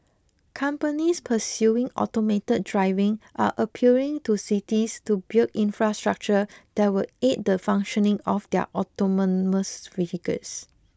companies pursuing automated driving are appealing to cities to build infrastructure that will aid the functioning of their autonomous vehicles